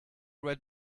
red